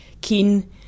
keen